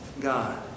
God